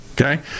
okay